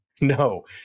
No